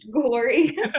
glory